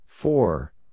Four